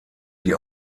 die